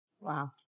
Wow